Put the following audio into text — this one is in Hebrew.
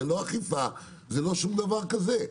זה לא אכיפה וזה לא שום דבר כזה.